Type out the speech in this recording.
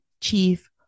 chief